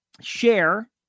Share